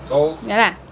ya lah